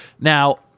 Now